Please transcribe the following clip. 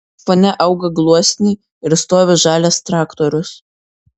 fone auga gluosniai ir stovi žalias traktorius